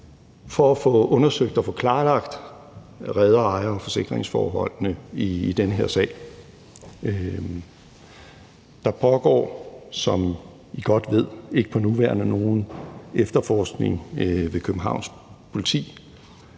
for at få undersøgt og få klarlagt reder-, ejer- og forsikringsforholdene i den her sag. Der pågår, som I godt ved, ikke for nuværende nogen efterforskning ved Københavns Politi,